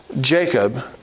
Jacob